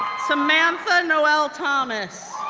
samantha noelle thomas,